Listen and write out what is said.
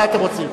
מה אתם רוצים?